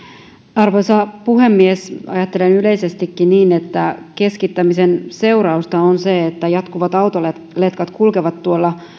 arvoisa puhemies ajattelen yleisestikin niin että keskittämisen seurausta on se että jatkuvat autoletkat kulkevat tuolla